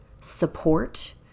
Support